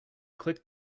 click